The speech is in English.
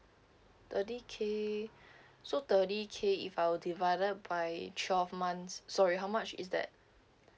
thirty K so thirty K if I will divide up by twelve months sorry how much is that